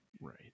Right